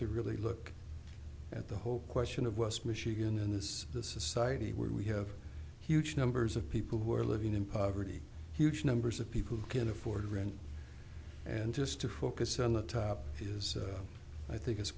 to really look at the whole question of west michigan in this society where we have huge numbers of people who are living in poverty huge numbers of people who can't afford rent and just to focus on the top because i think i